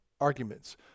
Arguments